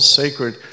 sacred